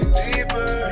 deeper